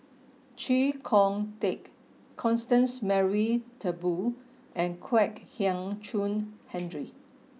Chee Kong Tet Constance Mary Turnbull and Kwek Hian Chuan Henry